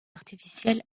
artificielle